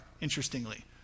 Interestingly